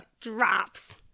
Drops